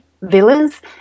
villas